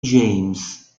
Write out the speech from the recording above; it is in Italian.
james